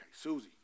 Susie